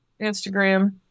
Instagram